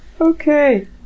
Okay